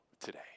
today